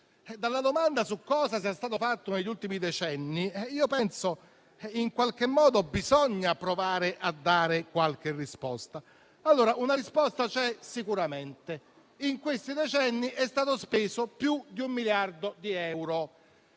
dalla domanda su cosa sia stato fatto negli ultimi decenni e penso che in qualche modo bisogna provare a dare qualche risposta. Una risposta c'è sicuramente: in questi decenni è stato speso più di un miliardo di euro,